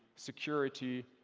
security,